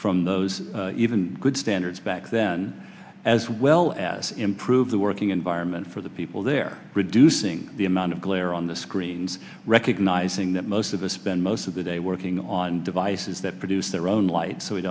from those even good standards back then as well as improve the working environment for the people there reducing the amount of glare on the screens recognizing that most of us spend most of the day working on devices that produce their own light so we